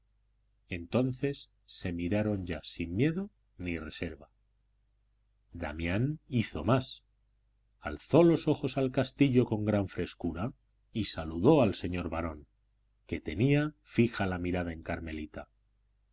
entonces se miraron ya sin miedo ni reserva damián hizo más alzó los ojos al castillo con gran frescura y saludó al señor barón que tenía fija la mirada en carmelita